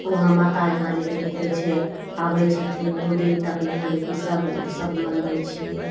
वहाँ माता यहाँ जेकि कि कहै छै आबै छथिन दू दिन तक यहाँ जेकि सब उत्सव मनबै छियै